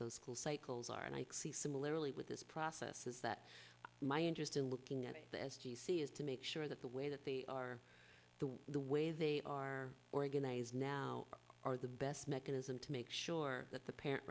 those school cycles are and i see similarly with this process is that my interest in looking at this d c is to make sure that the way that they are the way the way they are organized now are the best mechanism to make sure that the parent